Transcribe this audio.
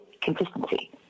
consistency